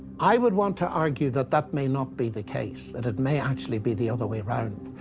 i would want to argue that that may not be the case, that it may actually be the other way round,